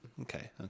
Okay